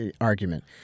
argument